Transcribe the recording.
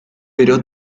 pero